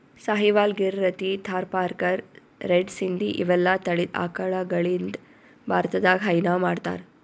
Sahiwal, Gir, Rathi, Tharparkar, red Sindhi ಇವೆಲ್ಲಾ ತಳಿದ್ ಆಕಳಗಳಿಂದ್ ಭಾರತದಾಗ್ ಹೈನಾ ಮಾಡ್ತಾರ್